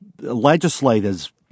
legislators